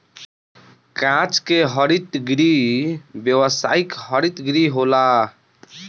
कांच के हरित गृह व्यावसायिक हरित गृह होला